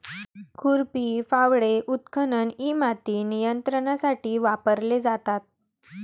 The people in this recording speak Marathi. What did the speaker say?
खुरपी, फावडे, उत्खनन इ माती नियंत्रणासाठी वापरले जातात